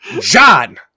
John